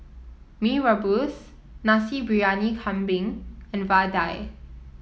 Mee Rebus Nasi Briyani Kambing and vadai